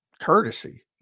courtesy